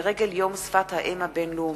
לרגל יום שפת האם הבין-לאומי,